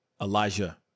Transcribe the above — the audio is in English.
Elijah